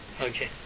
Okay